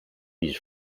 his